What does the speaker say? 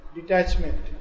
Detachment